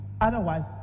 Otherwise